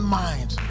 mind